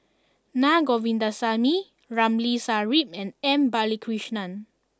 Naa Govindasamy Ramli Sarip and M Balakrishnan